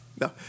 no